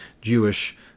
Jewish